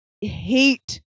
hate